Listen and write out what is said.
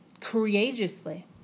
courageously